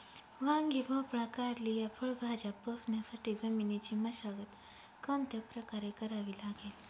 वांगी, भोपळा, कारली या फळभाज्या पोसण्यासाठी जमिनीची मशागत कोणत्या प्रकारे करावी लागेल?